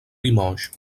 limoges